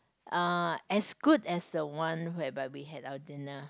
uh as good as the one whereby we had our dinner